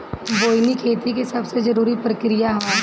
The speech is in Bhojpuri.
बोअनी खेती के सबसे जरूरी प्रक्रिया हअ